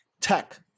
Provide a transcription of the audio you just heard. tech